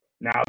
now